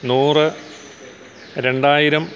നൂറ് രണ്ടായിരം